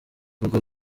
uwo